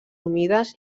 humides